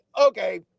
okay